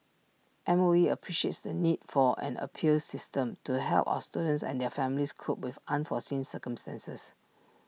M O E appreciates the need for an appeals system to help our students and their families cope with unforeseen circumstances